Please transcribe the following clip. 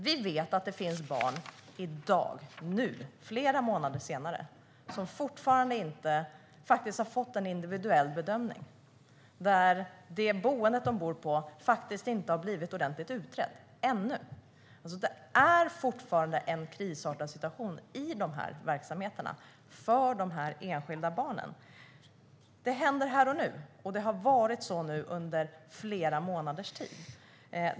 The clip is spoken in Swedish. Vi vet att det i dag, flera månader senare, finns barn som fortfarande inte har fått en individuell bedömning och att det boende de bor på ännu inte har blivit ordentligt utrett. Det är fortfarande en krissituation för de enskilda barnen i dessa verksamheter. Det händer här och nu, och det har varit så under flera månaders tid.